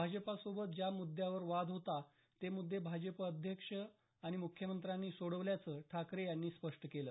भाजपासोबत ज्या मुद्यांवरून वाद होता ते मुद्दे भाजप अध्यक्ष आणि मुख्यमंत्र्यांनी सोडवल्याचं ठाकरे यांनी स्पष्ट केलं